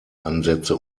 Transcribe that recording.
ansätze